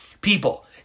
People